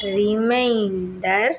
reminder